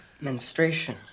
Menstruation